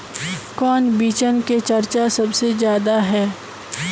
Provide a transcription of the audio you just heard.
कौन बिचन के चर्चा सबसे ज्यादा है?